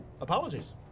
Apologies